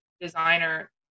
designer